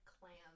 clams